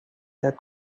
that